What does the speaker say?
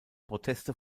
proteste